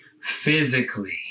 physically